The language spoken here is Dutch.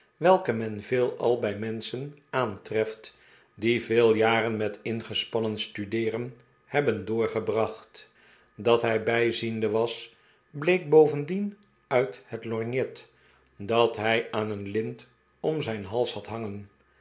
welke men veelal bij menschen aantreft die vele jaren met ingespannen studeeren hebben doorgebracht dat hij bijziende was bleek bovendien uit het lorgnet dat hij aan een lint om zijn hals had hangen